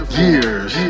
years